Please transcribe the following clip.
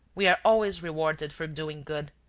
we are always rewarded for doing good!